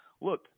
look